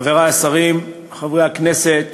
חברי השרים, חברי הכנסת,